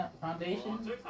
Foundation